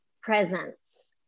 Presence